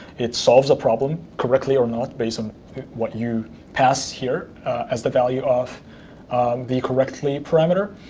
it solves a problem correctly or not, based on what you pass here as the value of the correctly parameter.